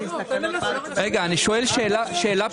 אני שואל שאלה פשוטה.